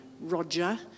Roger